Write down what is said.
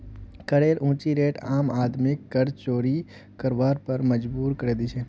करेर ऊँची रेट आम आदमीक कर चोरी करवार पर मजबूर करे दी छे